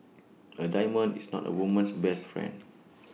A diamond is not A woman's best friend